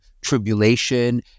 tribulation